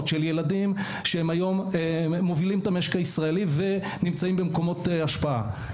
של ילדים שהם היום מובילים את המשק הישראלי ונמצאים במקומות השפעה.